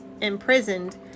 imprisoned